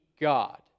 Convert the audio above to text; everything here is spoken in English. God